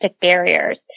barriers